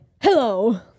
Hello